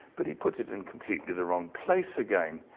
but he put it in completely the wrong place again.